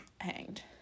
hanged